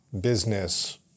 business